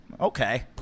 Okay